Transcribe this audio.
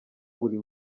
buli